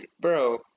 Bro